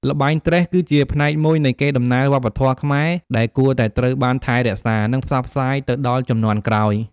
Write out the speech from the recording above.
ល្បែង ត្រេះ គឺជាផ្នែកមួយនៃកេរដំណែលវប្បធម៌ខ្មែរដែលគួរតែត្រូវបានថែរក្សា និងផ្សព្វផ្សាយទៅដល់ជំនាន់ក្រោយ។